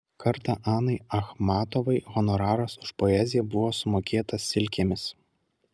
kartą anai achmatovai honoraras už poeziją buvo sumokėtas silkėmis